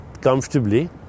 comfortably